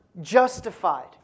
justified